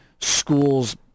schools